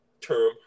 term